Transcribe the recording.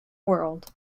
world